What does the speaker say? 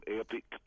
epic